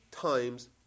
times